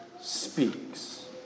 speaks